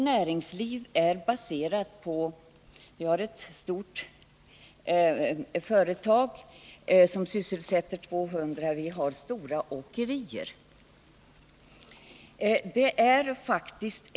Näringslivet i området är baserat på ett stort företag som sysselsätter 200 personer och förekomsten av stora åkerier.